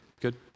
good